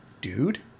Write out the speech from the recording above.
dude